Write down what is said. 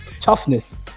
toughness